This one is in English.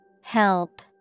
Help